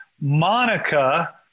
Monica